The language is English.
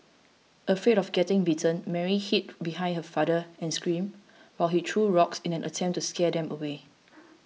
afraid of getting bitten Mary hid behind her father and screamed while he threw rocks in an attempt to scare them away